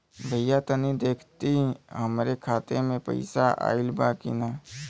भईया तनि देखती हमरे खाता मे पैसा आईल बा की ना?